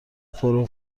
پرو